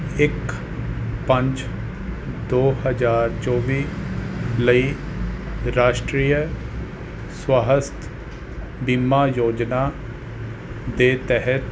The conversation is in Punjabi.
ਇੱਕ ਪੰਜ ਦੋ ਹਜ਼ਾਰ ਚੌਵੀ ਲਈ ਰਾਸ਼ਟਰੀਯ ਸਵਾਸਥ ਬੀਮਾ ਯੋਜਨਾ ਦੇ ਤਹਿਤ